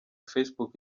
facebook